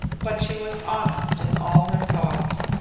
but she was honest in all her thoughts,